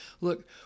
Look